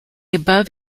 above